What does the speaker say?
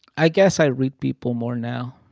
i guess i read people more now.